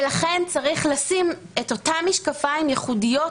ולכן צריך לשים את אותם משקפיים ייחודיים,